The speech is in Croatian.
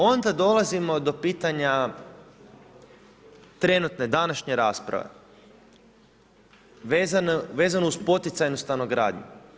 Onda dolazimo do pitanja trenutne današnje rasprave vezano uz poticanu stanogradnju.